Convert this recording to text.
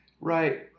Right